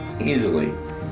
easily